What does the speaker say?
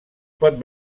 pot